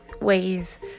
ways